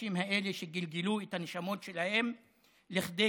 האנשים האלה שגלגלו את הנשמות שלהם לכדי